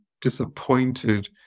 disappointed